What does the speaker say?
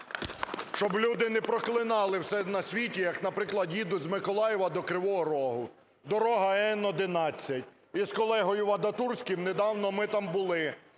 щоб люди не проклинали все на світі, як, наприклад, їдуть з Миколаєва до Кривого Рогу, дорога Н-11. Із колегою Вадатурським недавно ми там були.